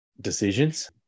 decisions